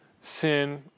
sin